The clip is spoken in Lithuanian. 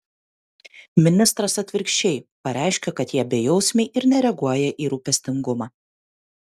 ministras atvirkščiai pareiškia kad jie bejausmiai ir nereaguoja į rūpestingumą